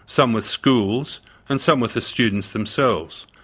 some with schools and some with the students themselves.